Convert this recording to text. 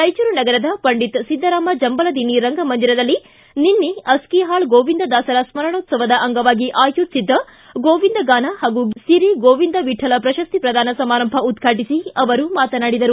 ರಾಯಚೂರು ನಗರದ ಪಂಡಿತ ಸಿದ್ದರಾಮ ಜಂಬಲದಿನ್ನಿ ರಂಗಮಂದಿರದಲ್ಲಿ ನಿನ್ನೆ ಅಸ್ತಿಹಾಳ ಗೋವಿಂದದಾಸರ ಸ್ನರಣೋತ್ಸವದ ಅಂಗವಾಗಿ ಆಯೋಜಿಸಿದ್ದ ಗೋವಿಂದಗಾನ ಹಾಗೂ ಸಿರಿ ಗೋವಿಂದ ವಿಕ್ಕಲ ಪ್ರಶಸ್ತಿ ಪ್ರದಾನ ಸಮಾರಂಭ ಉದ್ಘಾಟಿಸಿ ಅವರು ಮಾತನಾಡಿದರು